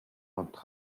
унтах